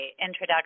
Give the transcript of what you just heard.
introduction